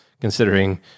considering